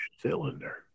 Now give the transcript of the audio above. cylinder